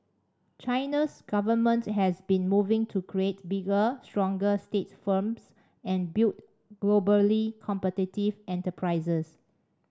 China's government has been moving to create bigger stronger state firms and build globally competitive enterprises